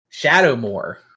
Shadowmore